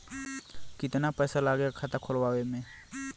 कितना पैसा लागेला खाता खोलवावे में?